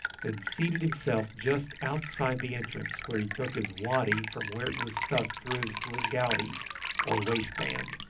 then seated himself just outside the entrance, where he took his waddy from where it was stuck through his lingouti or waistband,